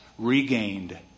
regained